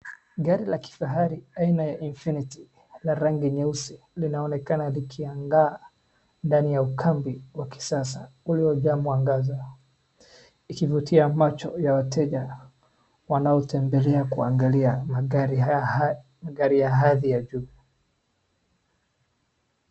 Gari la kifahari aina ya infinity la rangi nyeusi linaonekana likiangaa ndani ya ukambi wa kisasa uliojaa mwangazi likivutia macho ya wateja wanaotembeleaa kuangalia magari ya hadhi ya juu.